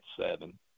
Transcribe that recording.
seven